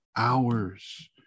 Hours